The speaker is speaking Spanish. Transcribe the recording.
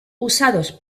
usados